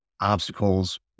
obstacles